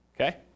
okay